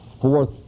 fourth